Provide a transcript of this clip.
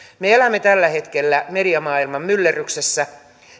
me elämme tällä hetkellä mediamaailman myllerryksessä